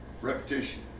repetition